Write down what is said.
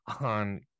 on